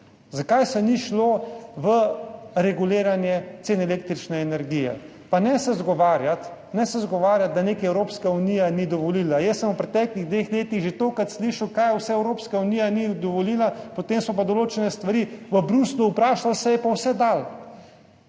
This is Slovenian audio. Zakaj se ni šlo v reguliranje cen električne energije? Pa ne se izgovarjati, da Evropska unija nečesa ni dovolila. Jaz sem v preteklih dveh letih že tolikokrat slišal, kaj vse Evropska unija ni dovolila, potem so pa vprašali določene stvari v Bruslju, se je pa vse dalo.